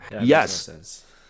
Yes